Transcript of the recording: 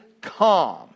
calm